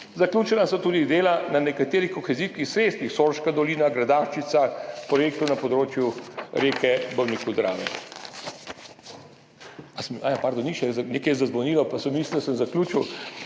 Zaključena so tudi dela na nekaterih kohezijskih sredstvih, sorška dolina, Gradaščica, projekti na področju reke Drave. Aja, pardon, ni še. Nekaj je zazvonilo, pa sem mislil, da sem zaključil.